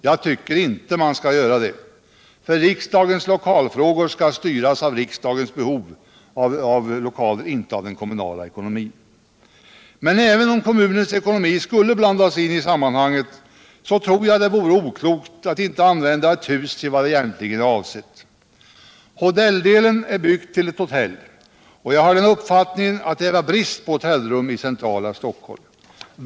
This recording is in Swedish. Jag tycker inte man skall göra det, för riksdagens lokalfrågor skall styras av riksdagens behov av lokaler, inte av den kommunala ekonomin. Men även om kommunens ekonomi skulle blandas in i sammanhanget, tror jag det vore oklokt att inte använda ett hus till vad det är egentligen är avsett för. Hotelldelen är byggd till hotell, och jag har den uppfattningen att det är brist på hotellrum i centrala Stockholm.